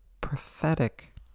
prophetic